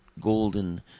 golden